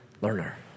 learner